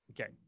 Okay